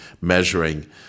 measuring